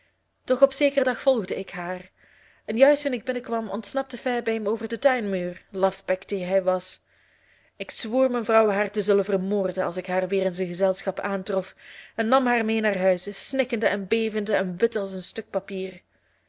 doch op zekeren dag volgde ik haar en juist toen ik binnenkwam ontsnapte fairbaim over den tuinmuur lafbek die hij was ik zwoer mijn vrouw haar te zullen vermoorden als ik haar weer in zijn gezelschap aantrof en nam haar mee naar huis snikkende en bevende en wit als een stuk papier